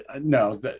No